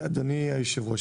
אדוני היושב-ראש,